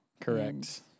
Correct